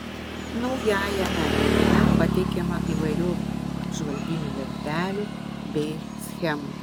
naujajame leidime pateikiama įvairių apžvalginių lentelių bei schemų